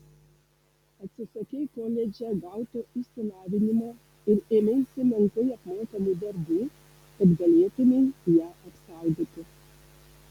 atsisakei koledže gauto išsilavinimo ir ėmeisi menkai apmokamų darbų kad galėtumei ją apsaugoti